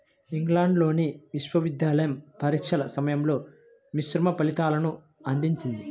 ఇంగ్లాండ్లోని విశ్వవిద్యాలయ పరీక్షల సమయంలో మిశ్రమ ఫలితాలను అందించింది